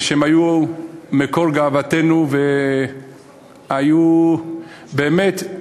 שהיו מקור גאוותנו והיו באמת,